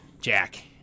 jack